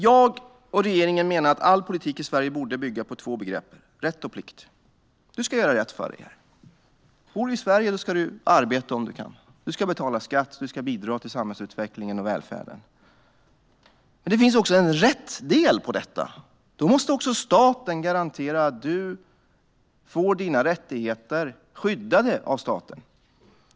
Jag och regeringen menar att all politik i Sverige borde bygga på två begrepp, rätt och plikt. Du ska göra rätt för dig. Bor du i Sverige ska du arbeta om du kan, du ska betala skatt, och du ska bidra till samhällsutvecklingen och välfärden. Men det finns också en rättdel på detta. Staten måste också garantera att du får dina rättigheter skyddade av staten.